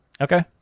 Okay